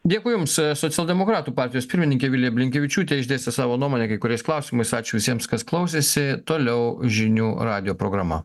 dėkui jums socialdemokratų partijos pirmininkė vilija blinkevičiūtė išdėstė savo nuomonę kai kuriais klausimais ačiū visiems kas klausėsi toliau žinių radijo programa